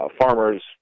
farmers